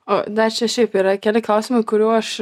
o dar čia šiaip yra keli klausimai kurių aš